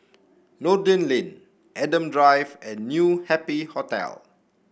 Noordin Lane Adam Drive and New Happy Hotel